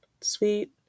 sweet